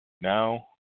Now